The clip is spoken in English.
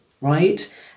right